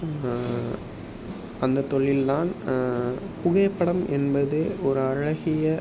அந்த தொழில் தான் புகைப்படம் என்பது ஒரு அழகிய